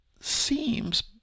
seems